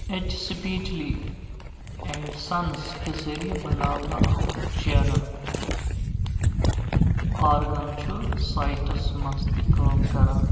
H سپیچلی and سنز کہِ ذٔریعہِ بناونہٕ آمُت چینل آرگن چھُ سایٹس منز تہِ کٲم کران